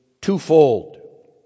twofold